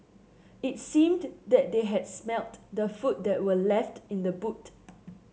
it seemed that they had smelt the food that were left in the boot